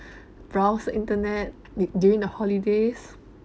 browse internet du~ during the holidays